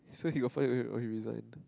so he got fired or he or he resigned